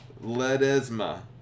Ledesma